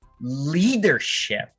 leadership